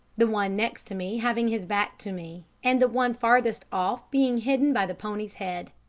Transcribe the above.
the one next to me having his back to me and the one farthest off being hidden by the pony's head.